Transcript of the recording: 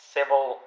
Civil